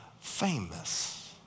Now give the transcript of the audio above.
famous